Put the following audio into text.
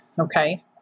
Okay